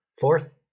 Fourth